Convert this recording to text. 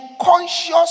conscious